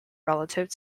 relative